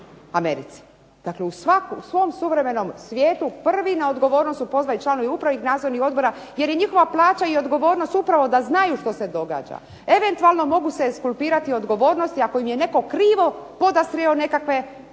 u svom suvremenom svijetu prvi na odgovornost su pozvani članovi upravnih i nadzornih odbora, jer je njihova plaća i odgovornost upravo da znaju što se događa. Eventualno mogu se ekskulpirati od odgovornosti ako im je netko krivo podastrio nekakve dokumente